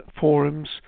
forums